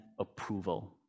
approval